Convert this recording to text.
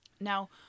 now